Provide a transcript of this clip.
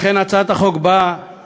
לכן הצעת החוק באה